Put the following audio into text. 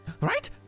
Right